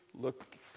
Look